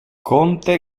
conte